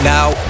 Now